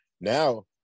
Now